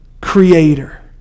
creator